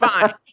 fine